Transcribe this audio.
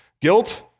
Guilt